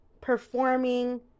performing